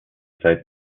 zeit